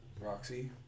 Roxy